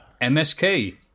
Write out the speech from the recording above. MSK